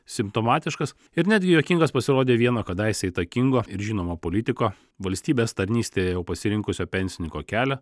simptomatiškas ir netgi juokingas pasirodė vieno kadaise įtakingo ir žinomo politiko valstybės tarnystėje jau pasirinkusio pensininko kelią